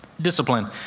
discipline